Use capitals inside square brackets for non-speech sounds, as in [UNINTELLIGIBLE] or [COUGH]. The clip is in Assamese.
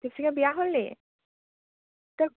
[UNINTELLIGIBLE] বিয়া হ'ল নি